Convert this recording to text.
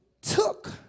took